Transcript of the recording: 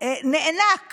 נאנק